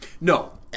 No